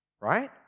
right